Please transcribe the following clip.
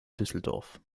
düsseldorf